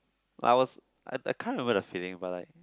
I was I I can't remember the feeling but like